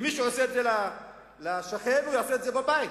מי שעושה את זה לשכן יעשה את זה בבית,